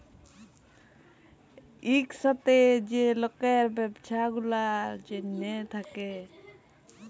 ইকসাথে যে লকের ব্যবছা গুলার জ্যনহে থ্যাকে